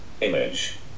Image